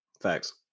Facts